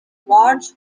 large